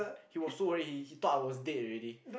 he was so worry he thought I was died already